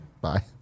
Bye